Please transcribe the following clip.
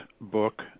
book